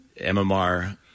mmr